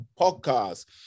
podcast